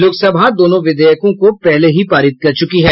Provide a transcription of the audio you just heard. लोकसभा दोनों विधेयकों को पहले ही पारित कर चुकी है